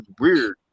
weird